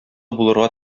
булырга